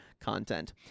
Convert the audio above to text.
content